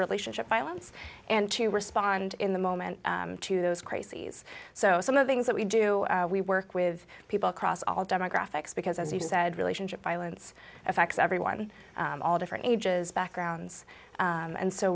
relationship violence and to respond in the moment to those crises so some of the things that we do we work with people across all demographics because as you said relationship violence affects everyone all different ages backgrounds and so